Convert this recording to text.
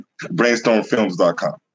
Brainstormfilms.com